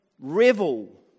revel